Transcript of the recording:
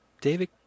david